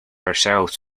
ourselves